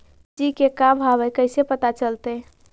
सब्जी के का भाव है कैसे पता चलतै?